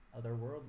otherworldly